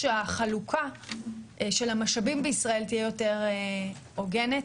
שהחלוקה של המשאבים בישראל תהיה יותר הוגנת